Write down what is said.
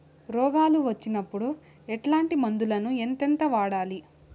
రోగాలు వచ్చినప్పుడు ఎట్లాంటి మందులను ఎంతెంత వాడాలి?